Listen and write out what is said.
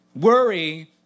Worry